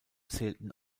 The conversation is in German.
zählten